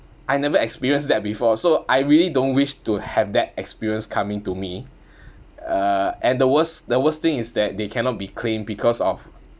I never experience that before so I really don't wish to have that experience coming to me uh and the worst the worst thing is that they cannot be claimed because of